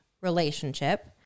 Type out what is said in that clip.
relationship